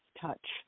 touch